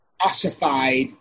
ossified